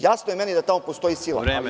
Jasno je meni da tamo postoji sila.